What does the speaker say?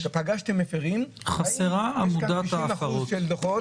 כשפגשתם מפרים האם יש כאן 90% של דוחות,